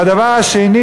והדבר השני,